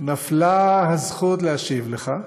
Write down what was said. נפלה הזכות להשיב לך,